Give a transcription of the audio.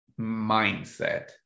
mindset